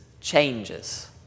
changes